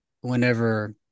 whenever